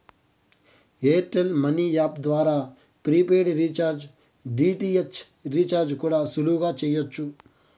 air tell money app ద్వారా prepaid recharge, DTH recharge కూడా సులువుగా చెయ్యచ్చు